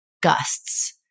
gusts